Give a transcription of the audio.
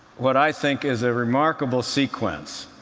what i think is a remarkable sequence.